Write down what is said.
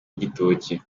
igitoki